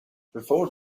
before